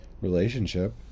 relationship